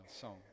song